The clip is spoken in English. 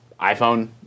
iPhone